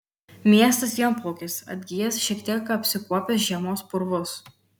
miestas vienplaukis atgijęs šiek tiek apsikuopęs žiemos purvus